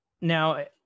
now